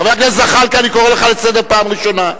חבר הכנסת זחאלקה, אני קורא לך לסדר פעם ראשונה.